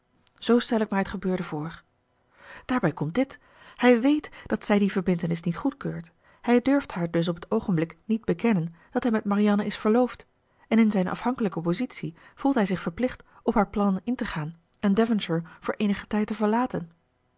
zoo stel ik mij het gebeurde voor daarbij komt dit hij weet dat zij die verbintenis niet goedkeurt hij durft haar dus op het oogenblik niet bekennen dat hij met marianne is verloofd en in zijn afhankelijke positie voelt hij zich verplicht op haar plannen in te gaan en devonshire voor eenigen tijd te verlaten